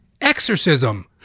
exorcism